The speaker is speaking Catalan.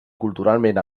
culturalment